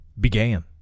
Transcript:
began